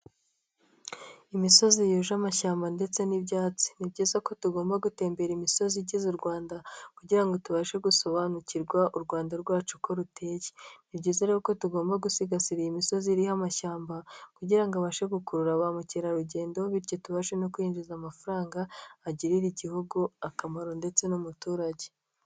Imisozi yuje amashyamba ndetse n'ibyatsi. Ni byiza ko tugomba gutembera imisozi igize u rwanda, kugira ngo tubashe gusobanukirwa u rwanda rwacu uko ruteye. Nbyiza rero ko tugomba gusigasira iyi imisozi iriho amashyamba, kugirango abashe gukurura ba mukerarugendo bityo tubashe no kwinjiza amafaranga agirira igihugu akamaro ndetse n'umuturage.